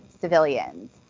civilians